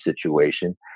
situation